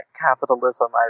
capitalism